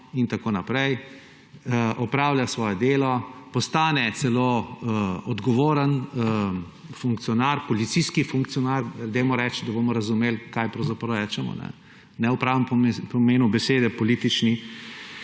strokovno, opravlja svoje delo, postane celo odgovoren funkcionar, policijski funkcionar dajmo reči, da bomo razumeli, kaj pravzaprav rečemo, ne v pravem pomenu besede politični.